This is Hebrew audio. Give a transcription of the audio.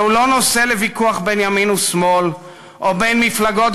זהו לא נושא לוויכוח בין ימין לשמאל או בין מפלגות